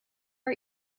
our